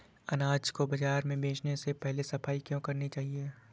अनाज को बाजार में बेचने से पहले सफाई क्यो करानी चाहिए?